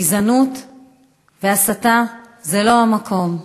גזענות והסתה, זה לא המקום,